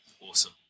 awesome